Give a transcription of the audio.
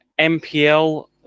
MPL